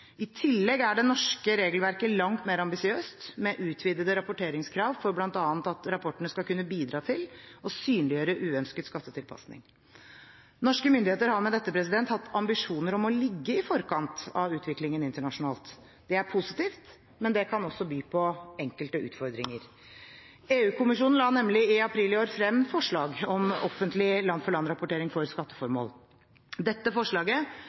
I tillegg er det norske regelverket langt mer ambisiøst med utvidede rapporteringskrav for bl.a. at rapportene skal kunne bidra til å synliggjøre uønsket skattetilpasning. Norske myndigheter har med dette hatt ambisjoner om å ligge i forkant av utviklingen internasjonalt. Det er positivt, men det kan også by på enkelte utfordringer. EU-kommisjonen la nemlig i april i år frem forslag om offentlig land-for-land-rapportering for skatteformål. Dette forslaget